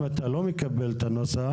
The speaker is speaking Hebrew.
אם אתה לא מקבל את הנוסח,